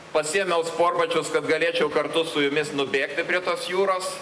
pasiėmiau sportbačius kad galėčiau kartu su jumis nubėgti prie tos jūros